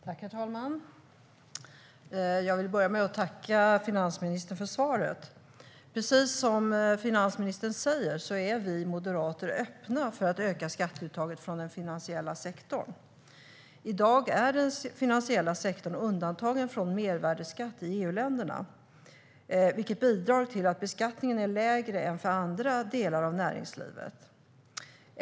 Herr talman! Jag vill börja med att tacka finansministern för svaret. Precis som finansministern säger är vi moderater öppna för att öka skatteuttaget från den finansiella sektorn. I dag är den finansiella sektorn undantagen från mervärdesskatt i EU-länderna, vilket bidrar till att beskattningen är lägre än för andra delar av näringslivet.